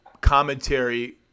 commentary